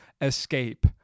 escape